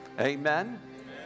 Amen